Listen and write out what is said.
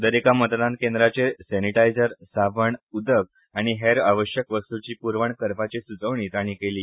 दरेका मतदान केंद्राचेर सेनिटायझर साबण उदक आनी हेर आवश्यक वस्तूची पूरवण करपाची सूचोवणी तांणी केली